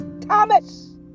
Thomas